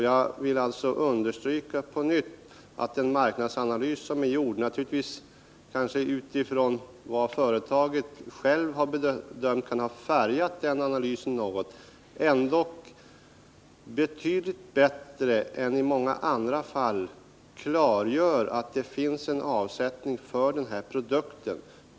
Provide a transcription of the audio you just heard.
Jag vill på nytt understryka att den marknadsanalys som är gjord — vad företaget självt har bedömt kan naturligtvis ha färgat analysen något — betydligt bättre än i många andra fall klargör att det finns en avsättning för denna produkt.